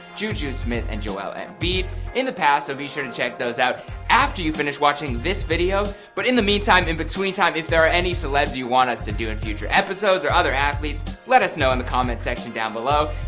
juju smith and joel and embid in the past so be sure to check those out after you finish watching this video. but in the meantime in between time, if there are any celebs you want us to do in future episodes, or other athletes, let us know in the comment section down below.